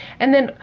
and then,